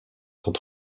sont